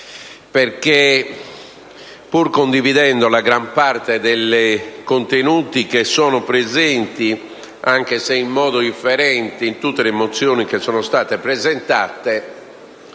perché, pur condividendo la gran parte dei contenuti che sono presenti, anche se in modo differente, in tutte le mozioni che sono state presentate,